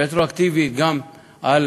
גם על